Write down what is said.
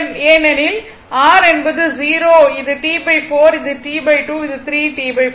ஏனெனில் r என்பது 0 இது T4 இது T2 இது 3 T4 மற்றும் இது T